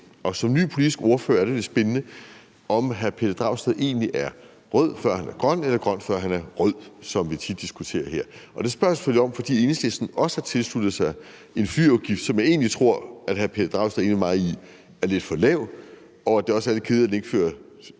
som ny politisk ordfører egentlig er rød, før han er grøn, eller grøn, før han er rød, som vi tit diskuterer her. Det spørger jeg selvfølgelig om, fordi Enhedslisten også har tilsluttet sig en flyafgift, som jeg egentlig tror at hr. Pelle Dragsted er enig med mig i er lidt for lav, ligesom det også er lidt kedeligt, at den kun fører